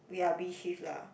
ya B shift um